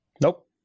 nope